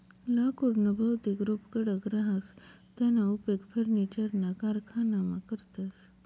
लाकुडनं भौतिक रुप कडक रहास त्याना उपेग फर्निचरना कारखानामा करतस